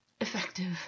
effective—